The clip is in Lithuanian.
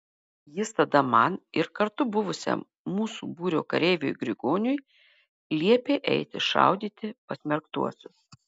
jis tada man ir kartu buvusiam mūsų būrio kareiviui grigoniui liepė eiti šaudyti pasmerktuosius